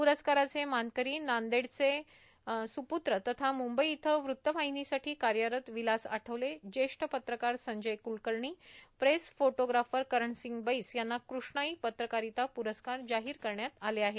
प्रस्काराचे मानकरी नांदेडचे सुपूत्र तथा मुंबई इथं वृत्तवाहिनीसाठी कार्यरत विलास आठवले जेष्ठ पत्रकार संजय कुलकर्णी प्रेस फोटोग्राफर करणसिंह बैस यांना कृष्णाई पत्रकारिता प्रस्कार जाहीर करण्यात आले आहेत